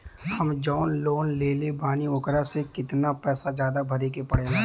हम जवन लोन लेले बानी वोकरा से कितना पैसा ज्यादा भरे के पड़ेला?